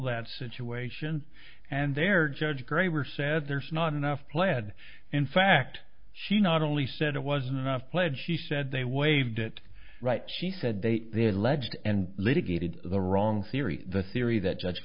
that situation and there judge graber said there's not enough pled in fact she not only said it wasn't enough pledge she said they waived it right she said they alleged and litigated the wrong theory the theory that judge